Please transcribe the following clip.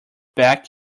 back